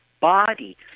body